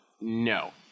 no